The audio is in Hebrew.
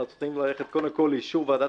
אנחנו צריכים ללכת קודם כל לאישור ועדת